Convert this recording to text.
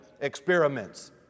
experiments